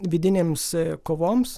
vidinėms kovoms